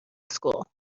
school